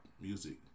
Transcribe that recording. music